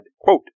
quote